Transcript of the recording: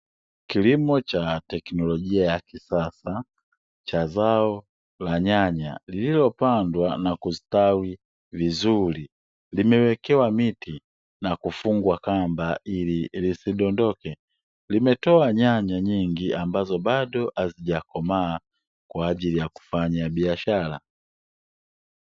Kilimo cha teknolojia la kisasa cha zao la nyanya, lililopandwa na kustawi vizuri, limewekewa miti na kufungwa kamba ili lisidondoke. Limetoa nyanya nyingi ambazo bado hazijakomaa kwa ajili ya kufanya biashara.